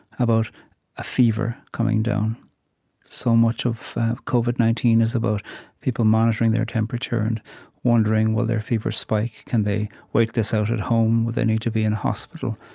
about a fever coming down so much of covid nineteen is about people monitoring their temperature and wondering will their fever spike can they wait this out at home will they need to be in hospital?